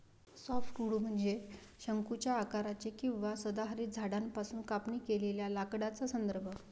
softwood म्हणजे शंकूच्या आकाराचे किंवा सदाहरित झाडांपासून कापणी केलेल्या लाकडाचा संदर्भ